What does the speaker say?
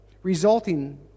resulting